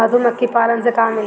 मधुमखी पालन से का मिलेला?